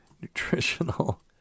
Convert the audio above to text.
nutritional